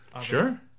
Sure